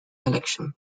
election